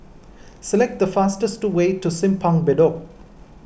select the fastest way to Simpang Bedok